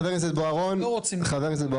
חבר הכנסת בוארון בבקשה.